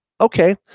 okay